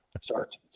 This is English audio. start